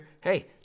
Hey